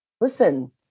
listen